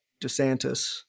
DeSantis